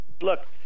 Look